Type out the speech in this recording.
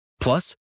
Plus